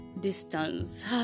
distance